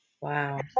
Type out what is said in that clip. Wow